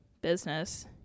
business